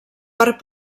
part